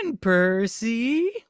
Percy